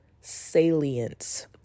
salience